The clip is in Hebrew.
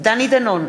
דני דנון,